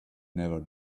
never